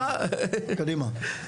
קדימה.